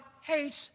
hates